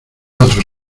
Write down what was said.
otro